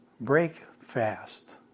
breakfast